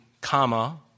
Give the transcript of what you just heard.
comma